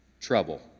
trouble